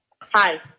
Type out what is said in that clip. hi